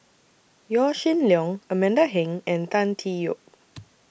Yaw Shin Leong Amanda Heng and Tan Tee Yoke